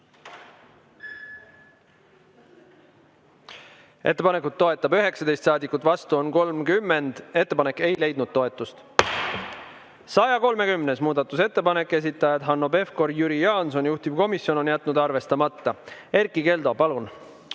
Ettepanekut toetab 19 saadikut, vastu on 30. Ettepanek ei leidnud toetust.130. muudatusettepanek, esitajad Hanno Pevkur ja Jüri Jaanson, juhtivkomisjon on jätnud arvestamata. Erkki Keldo, palun!